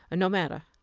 no matter,